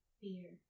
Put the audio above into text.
Fear